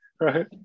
right